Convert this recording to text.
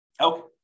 Okay